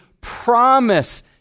promise